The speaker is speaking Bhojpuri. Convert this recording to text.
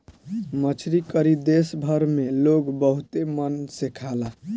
मछरी करी देश भर में लोग बहुते मन से खाला